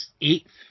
eighth